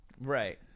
Right